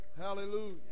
Hallelujah